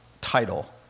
title